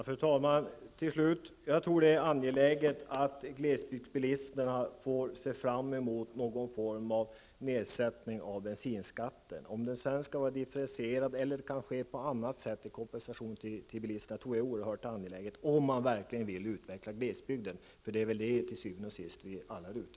Fru talman! Jag tror att det är angeläget att glesbygdsbilisterna får se fram emot någon form av nedsättning av bensinskatten. Det är oerhört angeläget att det sker antingen i form av differentiering eller på något annat sätt som kompensation till bilisterna -- om man verkligen vill utveckla glesbygden. Det är väl det vi alla til syvende og sidst är ute efter.